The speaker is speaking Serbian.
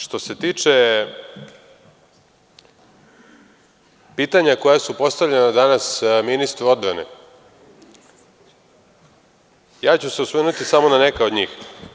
Što se tiče pitanja koja su postavljena danas ministru odbrane, ja ću se osvrnuti samo na neka od njih.